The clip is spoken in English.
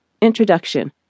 Introduction